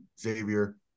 Xavier